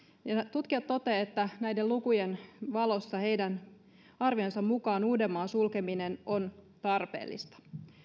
tutkija toteavat että näiden lukujen valossa heidän arvionsa mukaan uudenmaan sulkeminen on tarpeellista